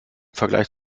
vergleich